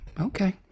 okay